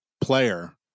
player